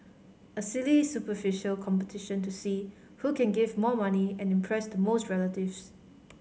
a silly superficial competition to see who can give more money and impress the most relatives